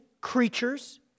creatures